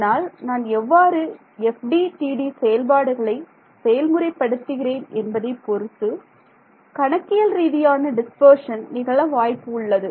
ஆனால் நான் எவ்வாறு FDTD செயல்பாடுகளை செயல்முறை படுத்துகிறேன் என்பதைப் பொறுத்து கணக்கியல் ரீதியான டிஸ்பர்ஷன் நிகழ வாய்ப்பு உள்ளது